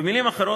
במילים אחרות,